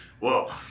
Whoa